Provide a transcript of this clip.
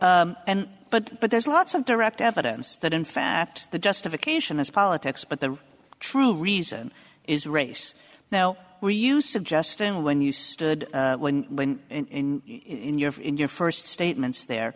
so and but but there's lots of direct evidence that in fact the justification is politics but the true reason is race now are you suggesting when you stood when when in in your in your first statements there